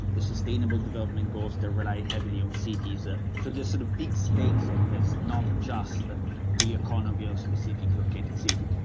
the sustainable development goals that rely heavily on cities. ah so there's sort of big stakes on this, not just the the economy of a specifically located city.